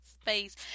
space